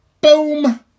boom